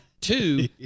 Two